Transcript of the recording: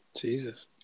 Jesus